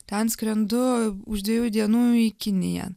ten skrendu už dviejų dienų į kiniją